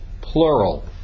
plural